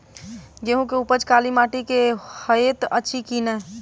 गेंहूँ केँ उपज काली माटि मे हएत अछि की नै?